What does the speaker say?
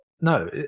no